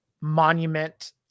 monument